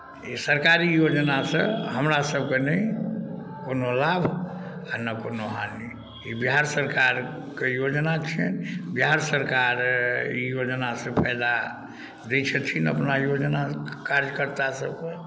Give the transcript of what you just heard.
ई सरकारी योजना सँ हमरासभके नहि कोनो लाभ आ नहि कोनो हानि ई बिहार सरकारके योजना छियनि बिहार सरकार ई योजनासँ फायदा दै छथिन अपना योजना कार्यकर्तासभके